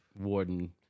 warden